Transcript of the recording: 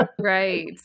Right